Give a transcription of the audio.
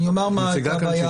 אני אומר מה הייתה הבעיה.